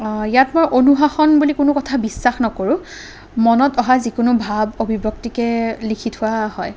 ইয়াত মই অনুশাসন বুলি কোনো কথা বিশ্বাস নকৰোঁ মনত অহা যিকোনো ভাৱ অভিব্যক্তিকে লিখি থোৱা হয়